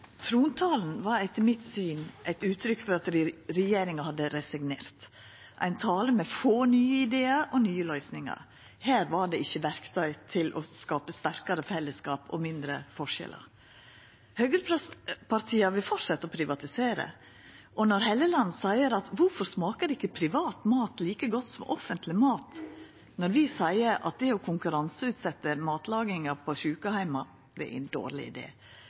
Trontalen var etter mitt syn eit uttrykk for at regjeringa har resignert. Det var ein tale med få nye idear og få nye løysingar. Der var det ikkje verktøy til å skapa sterkare fellesskap og mindre forskjellar. Høgrepartia vil fortsetja å privatisera, og når representanten Helleland spør kvifor privat mat ikkje smakar like godt som offentleg mat, når vi seier at det å konkurranseutsetja matlaginga på sjukeheimar er ein dårleg